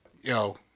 Yo